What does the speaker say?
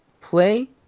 Play